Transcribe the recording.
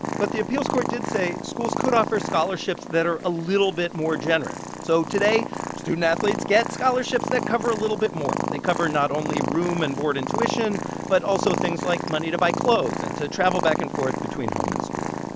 but the appeals court did say schools could offer scholarships that are a little bit more generous so today student athletes get scholarships that cover a little bit more. they cover not only room and board and tuition but also things like money to buy clothes and to travel back and forth between home and school.